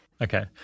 Okay